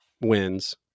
wins